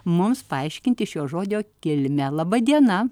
mums paaiškinti šio žodžio kilmę laba diena